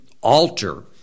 alter